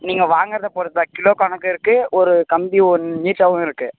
நீங்கள் வாங்குறதை பொறுத்து தான் கிலோ கணக்குக்கு ஒரு கம்பி ஒன்று நீட்டாகவும் இருக்குது